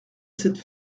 cette